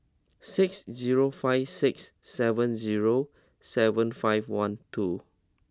six zero five six seven zero seven five one two